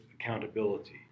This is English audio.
accountability